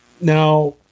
Now